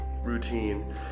routine